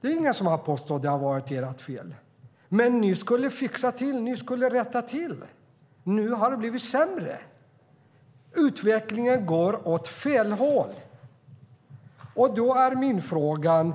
Det är ingen som har påstått att det har varit ert fel, men ni skulle rätta till detta. Nu har det blivit sämre. Utvecklingen går åt fel håll. Då är min fråga